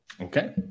Okay